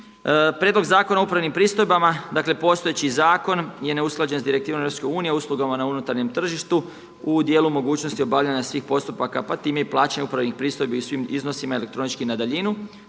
Prijedlog zakona o upravnim pristojbama, dakle postojeći zakon je neusklađen sa direktivom EU, uslugama na unutarnjem tržištu u dijelu mogućnosti obavljanja svih postupaka, pa time i plaćanja upravnih pristojbi u svim iznosima elektronički na daljinu.